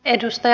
kiitos